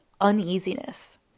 uneasiness